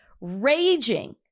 Raging